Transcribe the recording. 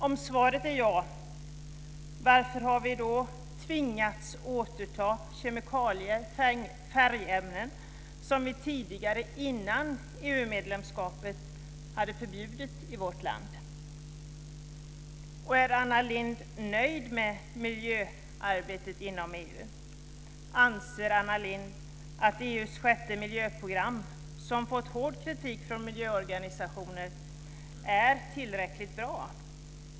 Om svaret är ja, varför har vi då tvingats återta kemikalier och färgämnen som vi tidigare, före EU-medlemskapet, hade förbjudit i vårt land? Är Anna Lindh att EU:s sjätte miljöprogram, som fått hård kritik från miljöorganisationer, är tillräckligt bra?